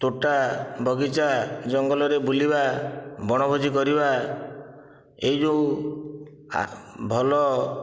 ତୋଟା ବଗିଚା ଜଙ୍ଗଲରେ ବୁଲିବା ବଣ ଭୋଜି କରିବା ଏଇ ଯେଉଁ ଭଲ